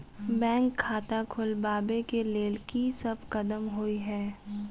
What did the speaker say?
Bank खाता खोलबाबै केँ लेल की सब कदम होइ हय?